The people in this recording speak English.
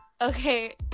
Okay